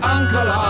Uncle